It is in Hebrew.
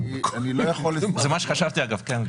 זה מה שחשבתי, אגב.